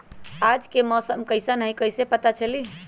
आज के मौसम कईसन हैं कईसे पता चली?